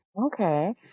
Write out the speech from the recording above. Okay